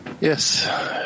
Yes